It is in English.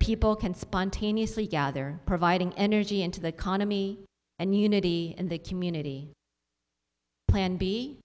people can spontaneously gather providing energy into the economy and unity in the community plan b